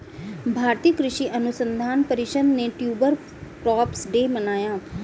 भारतीय कृषि अनुसंधान परिषद ने ट्यूबर क्रॉप्स डे मनाया